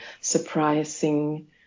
surprising